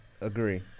agree